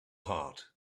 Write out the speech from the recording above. heart